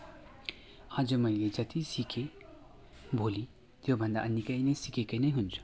आज मैले जति सिकेँ भोलि त्योभन्दा निकै नै सिकेकै नै हुन्छु